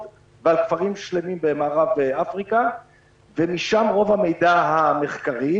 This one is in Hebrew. ועל כפרים שלמים במערב אפריקה ומשם רוב המידע המחקרי.